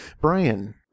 Brian